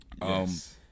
Yes